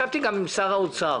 נפגשתי גם עם שר האוצר,